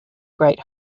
great